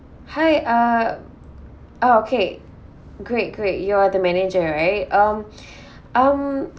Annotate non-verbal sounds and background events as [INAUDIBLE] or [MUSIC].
hi uh oh okay great great you're the manager right um [BREATH] um